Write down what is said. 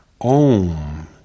Om